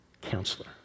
counselor